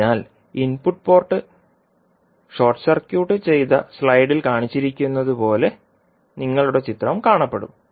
അതിനാൽ input port short circuit ചെയ്ത സ്ലൈഡിൽ കാണിച്ചിരിക്കുന്നതുപോലെ നിങ്ങളുടെ ചിത്രം കാണപ്പെടും